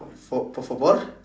fo~ por favor